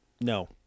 No